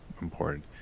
important